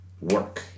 work